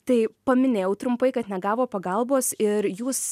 tai paminėjau trumpai kad negavo pagalbos ir jūs